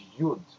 Yud